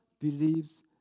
believes